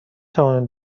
توانیم